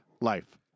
life